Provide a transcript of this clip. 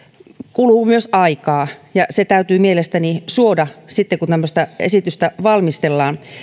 kuluu aikaa ja se täytyy mielestäni suoda kun tämmöistä esitystä valmistellaan